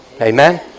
Amen